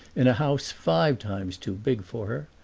in a house five times too big for her,